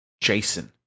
Jason